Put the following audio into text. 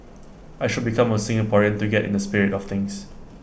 I should become A Singaporean to get in the spirit of things